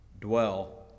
dwell